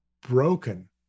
broken